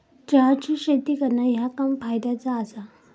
चहाची शेती करणा ह्या काम फायद्याचा आसा